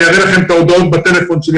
אני אראה לכם את ההודעות בטלפון שלי.